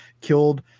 killed